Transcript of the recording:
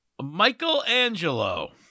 Michelangelo